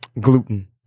gluten